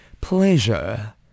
Pleasure